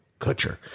Kutcher